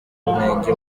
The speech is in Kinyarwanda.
murenge